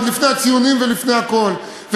עוד לפני הציונים ולפני הכול.